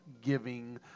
giving